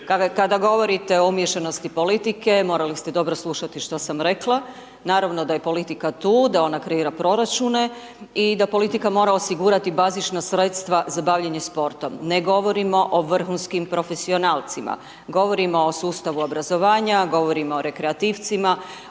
Kada govorite o umiješanosti politike morali ste dobro slušati što sam rekla, naravno da je politika tu, da ona kreira proračune i da politika mora osigurati bazična sredstava za bavljenje sportom, ne govorimo o vrhunskim profesionalcima, govorimo o sustavu obrazovanja, govorimo o rekreativcima,